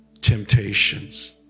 Temptations